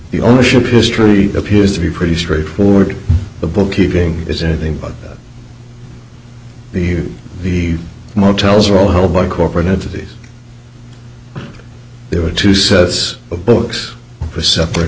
the ownership history appears to be pretty straightforward the bookkeeping is anything but the the motels are all whole by corporate entities there are two sets of books a separat